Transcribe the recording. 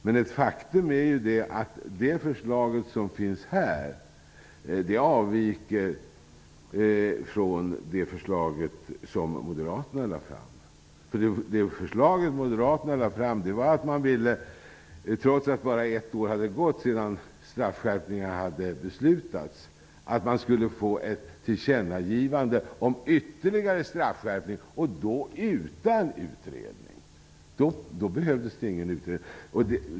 Men ett faktum är att det förslag som finns här avviker från det förslag som moderaterna lade fram. Det förslag moderaterna lade fram var att man, trots att bara ett år gått sedan beslut fattades om straffskärpningar, skulle göra ett tillkännagivande om ytterligare straffskärpningar och då utan att utreda. Då behövdes inga utredningar.